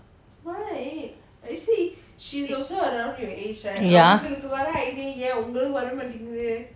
ya